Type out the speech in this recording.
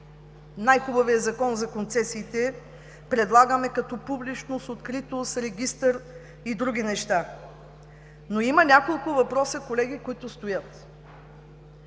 най-хубавия Закон за концесиите като публичност, откритост, регистър и други неща. Но има няколко въпроса, колеги, които стоят.